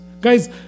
Guys